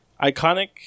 iconic